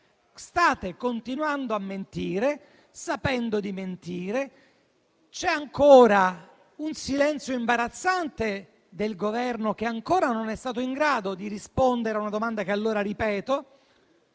State continuando a mentire sapendo di mentire. C'è un silenzio imbarazzante del Governo, che ancora non è stato in grado di rispondere a una domanda, che allora ripeto: